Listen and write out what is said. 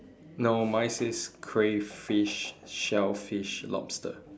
no mine says crayfish shellfish lobster